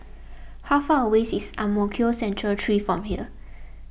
how far away is Ang Mo Kio Central three from here